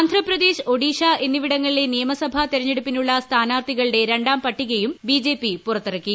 ആന്ധ്രാപ്രദേശ് ഒഡീഷ എന്നിവിടങ്ങളിലെ നിയമസഭാ തെരഞ്ഞെടുപ്പിനുള്ള സ്ഥാനാർത്ഥികളുടെ രണ്ടാം പട്ടികയും ബി ജെ പി പുറത്തിറക്കി